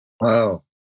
Wow